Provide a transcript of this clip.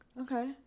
okay